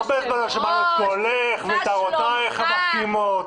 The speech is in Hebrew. לדיון בהארכת תוקף חוק האזרחות והכניסה לישראל (הוראת שעה),